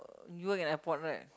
you work in airport right